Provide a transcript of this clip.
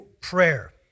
prayer